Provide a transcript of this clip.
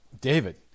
David